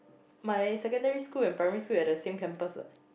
my secondary school and primary school at the same campus